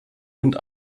und